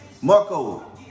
Marco